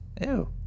Ew